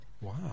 Wow